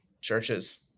churches